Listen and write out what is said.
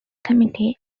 committee